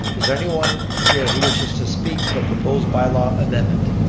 is there anyone here who wishes to speak to the proposed bylaw amendment?